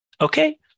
Okay